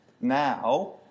now